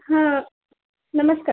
हां नमस्कार